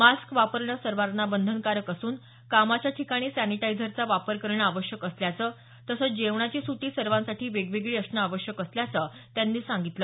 mask वापरणं सर्वांना बंधनकारक असून कामाच्या ठिकाणी सॅनिटायझरचा वापर करणं आवश्यक असल्याचं तसंच जेवणाची सुटी सर्वांंसाठी वेगवेगळी असणं आवश्यक असल्याचं त्यांनी सांगितलं